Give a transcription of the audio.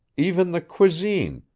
even the cuisine,